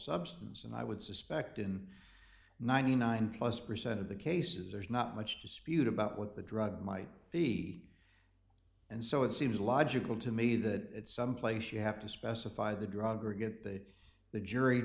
substance and i would suspect in ninety nine plus percent of the cases there's not much dispute about what the drug might be and so it seems logical to me that some place you have to specify the drug or get the the jury